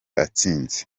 atsinze